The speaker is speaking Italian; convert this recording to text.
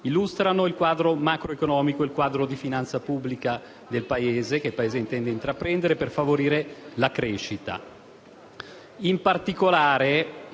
illustrano il quadro macroeconomico e di finanza pubblica che il Paese intende intraprendere per favorire la crescita.